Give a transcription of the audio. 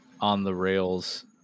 on-the-rails